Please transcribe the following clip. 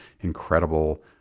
incredible